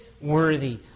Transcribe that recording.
worthy